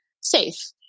safe